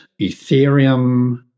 Ethereum